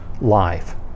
life